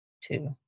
Two